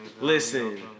Listen